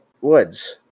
woods